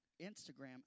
Instagram